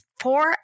four